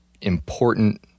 important